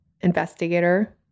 investigator